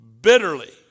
bitterly